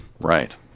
Right